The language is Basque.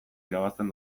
irabazten